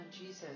Jesus